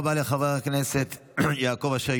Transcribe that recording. תודה רבה לחבר הכנסת יעקב אשר,